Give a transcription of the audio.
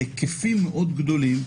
בהיקפים מאוד גדולים,